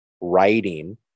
writing